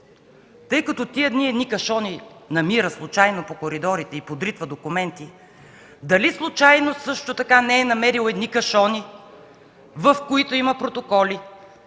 Тъй като тези дни намира случайно по коридорите едни кашони и подритва документи, дали случайно също така не е намерил едни кашони, в които има протоколи